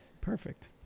perfect